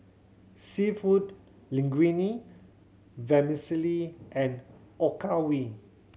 Seafood Linguine Vermicelli and